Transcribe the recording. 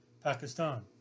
Pakistan